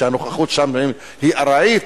שהנוכחות שם היא ארעית,